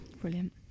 Brilliant